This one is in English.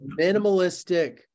minimalistic